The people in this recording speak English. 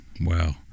wow